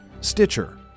Stitcher